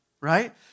right